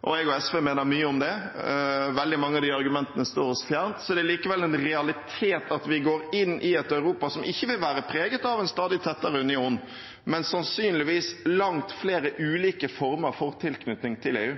jeg og SV mener mye om det, veldig mange av argumentene står oss fjernt – er det likevel en realitet at vi går inn i et Europa som ikke vil være preget av en stadig tettere union, men sannsynligvis langt flere ulike former for tilknytning til EU.